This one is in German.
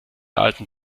alten